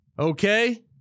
Okay